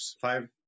five